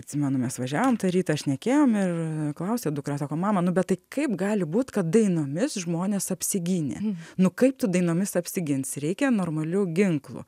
atsimenu mes važiavom tą rytą šnekėjom ir klausė dukra sako mama nu bet tai kaip gali būt kad dainomis žmonės apsigynė nu kaip tu dainomis apsiginsi reikia normalių ginklų